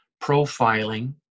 profiling